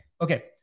Okay